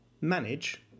manage